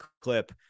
clip